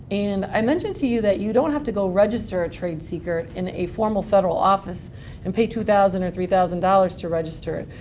and i mentioned to you that you don't have to go register a trade secret in a formal federal office and pay two thousand dollars or three thousand dollars to register it.